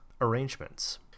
arrangements